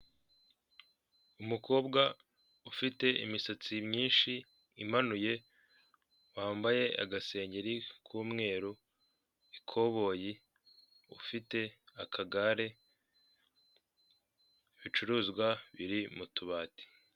Umukobwa ufite imisatsi myinshi imanuye, wambaye agasengeri k'umweru, ikoboyi, ufite akagare ibicuruzwa biri mu tubati.